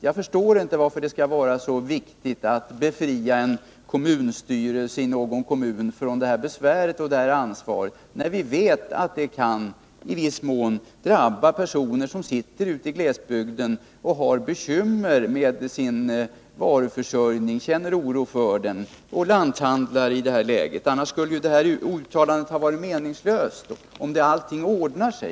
Jag förstår inte varför det skall vara så viktigt att befria en kommunstyrelse i någon kommun från det här besväret och det här ansvaret, när vi vet att det i viss mån kan drabba personer som sitter ute i glesbygden och har bekymmer med sin varuförsörjning, känner oro för den. Det gäller lanthandlare i detta läge. Om allting ordnar sig skulle ju det uttalande som gjorts ha varit meningslöst.